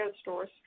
stores